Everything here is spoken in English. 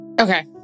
Okay